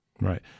Right